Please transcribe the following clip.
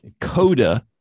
Coda